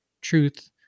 truth